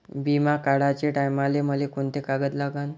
बिमा काढाचे टायमाले मले कोंते कागद लागन?